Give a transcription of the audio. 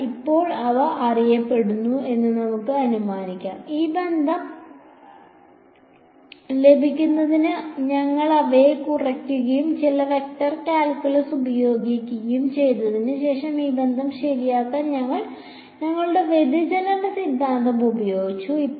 എന്നാൽ ഇപ്പോൾ അവ അറിയപ്പെടുന്നു എന്ന് നമുക്ക് അനുമാനിക്കാം ഈ ബന്ധം ലഭിക്കുന്നതിന് ഞങ്ങൾ അവയെ കുറയ്ക്കുകയും ചില വെക്റ്റർ കാൽക്കുലസ് പ്രയോഗിക്കുകയും ചെയ്തതിന് ശേഷം ഈ ബന്ധം ശരിയാക്കാൻ ഞങ്ങൾ ഞങ്ങളുടെ വ്യതിചലന സിദ്ധാന്തം പ്രയോഗിച്ചു